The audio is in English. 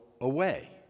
away